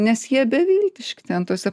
nes jie beviltiški tose